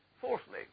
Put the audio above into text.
Fourthly